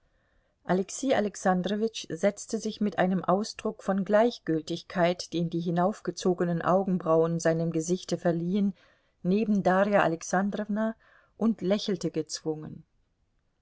alexei alexandrowitsch setzte sich mit einem ausdruck von gleichgültigkeit den die hinaufgezogenen augenbrauen seinem gesichte verliehen neben darja alexandrowna und lächelte gezwungen